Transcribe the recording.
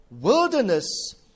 wilderness